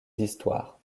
d’histoire